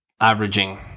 averaging